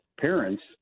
parents